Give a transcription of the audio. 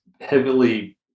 heavily